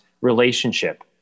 relationship